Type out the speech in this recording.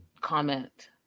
comment